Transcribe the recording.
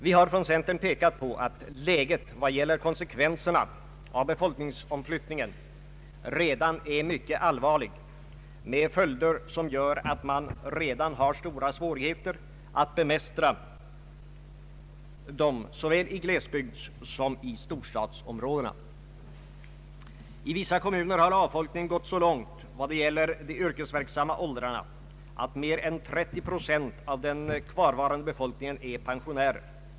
Vi har från centern pekat på att läget vad gäller konsekvenserna av befolkningsomfiyttningen redan är mycket allvarligt med följder som gör att man redan har stora svårigheter att bemästra såväl i glesbygd som i storstadsområden. I vissa kommuner har avfolkningen gått så långt vad gäller de yrkesverksamma åldrarna att mer än 30 procent av den kvarvarande befolkningen är pensionärer.